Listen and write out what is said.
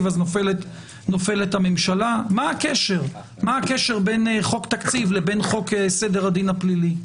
נופלת הממשלה מה הקשר בין חוק תקציב לבין חוק סדר הדין הפלילי?